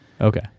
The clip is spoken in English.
Okay